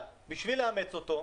אבל בשביל לאמץ אותו,